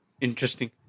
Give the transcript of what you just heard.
interesting